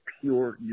pure